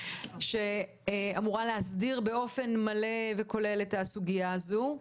עמינח שאמורה להסדיר באופן מלא וכולל את הסוגיה הזאת.